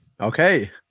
Okay